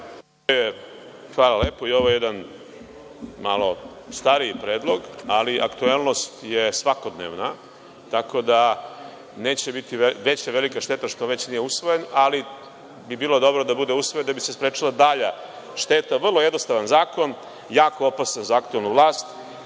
Hvala lepo.I ovo je jedan malo stariji predlog, ali aktuelnost je svakodnevna, tako da neće biti veća šteta što već nije usvojen, ali bi bilo dobro da bude usvojen da bi se sprečila dalja šteta. Vrlo jednostavan zakon, jako opasan za aktuelnu vlast,